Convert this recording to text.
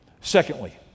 Secondly